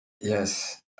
yes